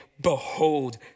behold